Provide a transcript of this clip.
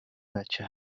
بچه